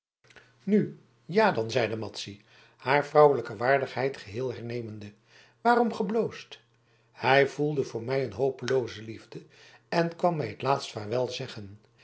nu ja dan zeide madzy haar vrouwelijke waardigheid geheel hernemende waarom gebloosd hij voelde voor mij een hopelooze liefde en kwam mij het laatst vaarwel zeggen